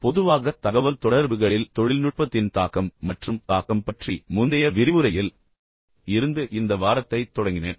பொதுவாகத் தகவல்தொடர்புகளில் தொழில்நுட்பத்தின் தாக்கம் மற்றும் தாக்கம் பற்றி முந்தைய விரிவுரையில் இருந்து இந்த வாரத்தைத் தொடங்கினேன்